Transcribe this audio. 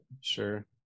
Sure